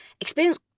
experience